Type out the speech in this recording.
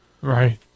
Right